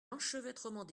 l’enchevêtrement